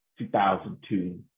2002